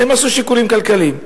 הם עשו שיקולים כלכליים.